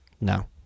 No